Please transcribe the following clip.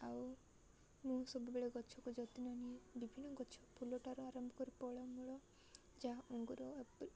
ଆଉ ମୁଁ ସବୁବେଳେ ଗଛକୁ ଯତ୍ନ ନିଏ ବିଭିନ୍ନ ଗଛ ଫୁଲଠାରୁ ଆରମ୍ଭ କରି ଫଳମୂଳ ଯାହା ଅଙ୍ଗୁର